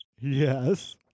Yes